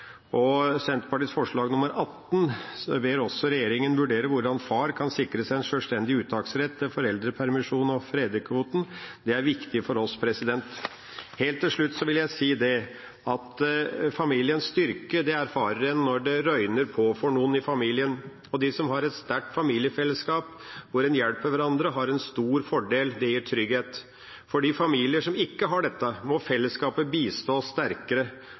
Senterpartiets forslag nr. 18 ber en også regjeringa vurdere hvordan far kan sikres en sjølstendig uttaksrett til foreldrepermisjon og fedrekvote. Det er viktig for oss. Helt til slutt vil jeg si at familiens styrke erfarer en når det røyner på for noen i familien. De som har et sterkt familiefellesskap hvor en hjelper hverandre, har en stor fordel – det gir trygghet. For de familier som ikke har dette, må fellesskapet bistå sterkere.